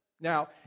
Now